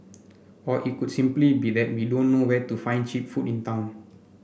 or it could simply be that we don't know where to find cheap food in town